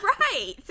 right